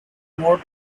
mode